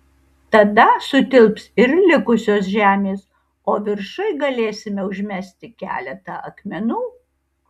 tada sutilps ir likusios žemės o viršuj galėsime užmesti keletą akmenų